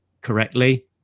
correctly